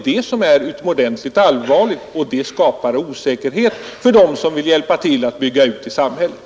Det är utomordentligt allvarligt, och det skapar osäkerhet för dem som vill hjälpa till att bygga ut i samhället.